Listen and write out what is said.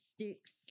sticks